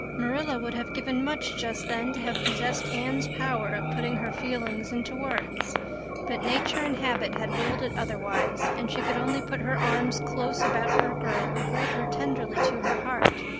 marilla would have given much just then to have possessed anne's power of putting her feelings into words but nature and habit had willed it otherwise, and she could only put her arms close about her girl and hold her tenderly to her heart,